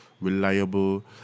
reliable